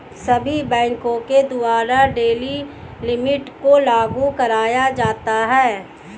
सभी बैंकों के द्वारा डेली लिमिट को लागू कराया जाता है